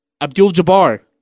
Abdul-Jabbar